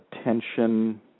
attention